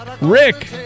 Rick